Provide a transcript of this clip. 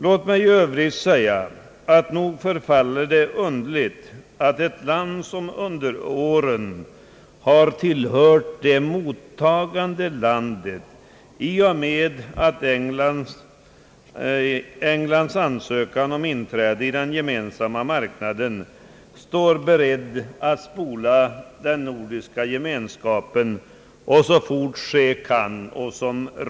Låt mig i övrigt säga, att det nog förefaller underligt att ett land som under åren har varit ett mottagande land i och med Englands ansökan om inträde i den gemensamma marknaden står be rett att överge den nordiska gemenskapen och så fort ske kan — vilket f.ö.